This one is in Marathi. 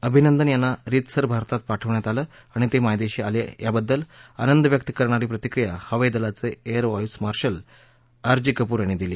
अभिनंदन यांना रीतसर भारतात पाठवण्यात आलं आणि ते मायदेशी आले याबद्दल आंनद व्यक्त करणारी प्रतिक्रिया हवाई दलाचे air vice marshal R G Kapoor यांनी दिली